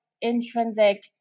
intrinsic